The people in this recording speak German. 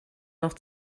noch